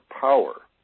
power